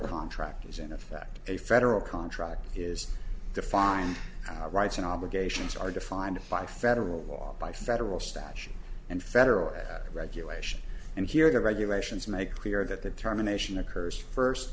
contract is in effect a federal contract is defined rights and obligations are defined by federal law by federal statute and federal regulation and here the regulations make clear that the terminations occurs first